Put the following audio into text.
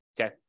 Okay